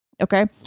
Okay